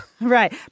Right